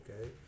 okay